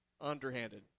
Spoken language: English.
Underhanded